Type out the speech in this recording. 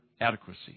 adequacy